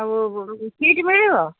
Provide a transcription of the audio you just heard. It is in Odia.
ଆଉ ସିଟ୍ ମିଳିବ